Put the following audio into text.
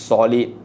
Solid